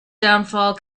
downfall